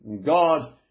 God